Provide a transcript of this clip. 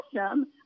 awesome